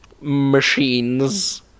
machines